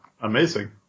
Amazing